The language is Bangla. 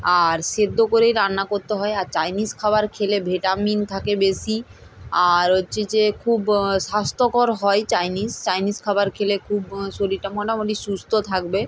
আর সিদ্ধ করে রান্না করতে হয় আর চাইনিজ খাবার খেলে ভিটামিন থাকে বেশি আর হচ্ছে যে খুব স্বাস্থ্যকর হয় চাইনিজ চাইনিজ খাবার খেলে খুব শরীরটা মোটামুটি সুস্থ থাকবে